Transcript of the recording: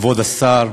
כבוד השר,